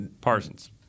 Parsons